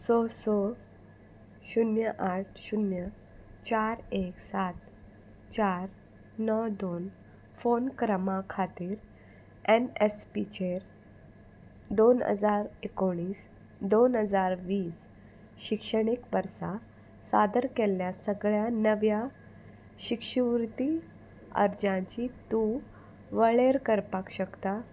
स स शुन्य आठ शुन्य चार एक सात चार णव दोन फोन क्रमांक खातीर एनएसपीचेर दोन हजार एकुणीस दोन हजार वीस शिक्षणीक वर्सा सादर केल्ल्या सगळ्या नव्या शिश्यवृत्ती अर्जांची तूं वळेरी करपाक शकता